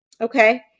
Okay